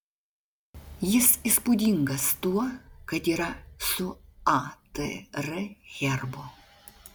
jis įspūdingas tuo kad yra su atr herbu